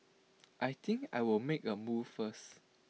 I think I'll make A move first